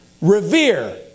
revere